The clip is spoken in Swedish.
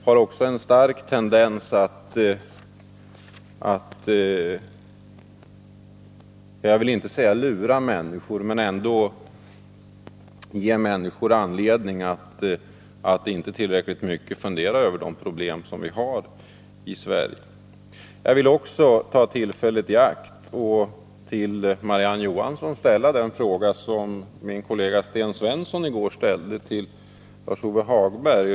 Jag vill inte säga att agerandet också har en stark tendens att lura människor, men det ger ändå människor anledning att inte tillräckligt mycket fundera över de problem vi har i Sverige. Jag vill också ta tillfället i akt att till Marie-Ann Johansson ställa den fråga som min kollega Sten Svensson i går ställde till Lars-Ove Hagberg.